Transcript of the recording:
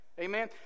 Amen